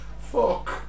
Fuck